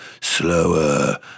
slower